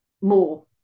more